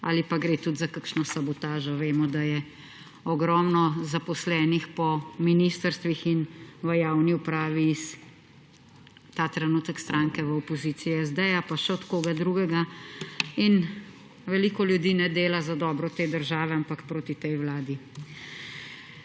ali pa gre tudi za kakšno sabotažo. Vemo, da je ogromno zaposlenih po ministrstvih in v javni upravi, ta trenutek, iz stranke v opoziciji SD, pa še od koga drugega. Veliko ljudi ne dela za dobro te države, ampak proti tej vladi.